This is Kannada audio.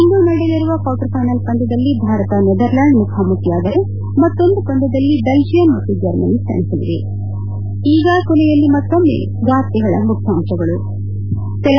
ಇಂದು ನಡೆಯಲಿರುವ ಕ್ವಾರ್ಟರ್ ಫೈನಲ್ ಪಂದ್ಯದಲ್ಲಿ ಭಾರತ ನೆದರ್ಲ್ಯಾಂಡ್ ಮುಖಾಮುಖಿಯಾದರೆ ಮತ್ತೊಂದು ಪಂದ್ಯದಲ್ಲಿ ಬೆಲ್ಜಿಯಂ ಮತ್ತು ಜರ್ಮನಿ ಸೆಣಸಲಿವೆ